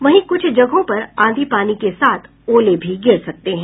वहीं कुछ जगहों पर आंधी पानी के साथ ओले भी गिर सकते हैं